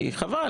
כי חבל,